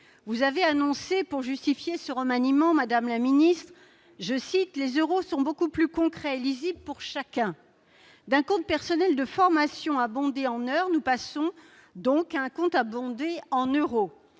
la ministre, pour justifier ce remaniement, vous avez déclaré que « les euros sont beaucoup plus concrets et lisibles pour chacun ». D'un compte personnel de formation abondé en heures, nous passons donc à un compte abondé en euros.